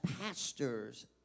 pastors